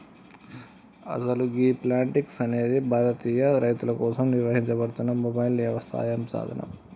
అసలు గీ ప్లాంటిక్స్ అనేది భారతీయ రైతుల కోసం నిర్వహించబడుతున్న మొబైల్ యవసాయ సాధనం